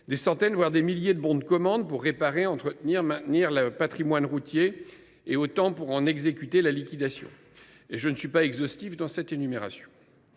des centaines, voire des milliers, de bons de commande pour réparer, entretenir, maintenir le patrimoine routier, et autant pour en exécuter la liquidation – et cette énumération